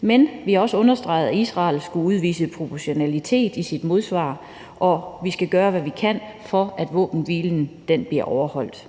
Men vi har også understreget, at Israel skulle udvise proportionalitet i sit modsvar, og vi skal gøre, hvad vi kan, for at våbenhvilen bliver overholdt.